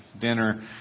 dinner